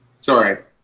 Sorry